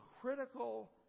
critical